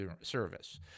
service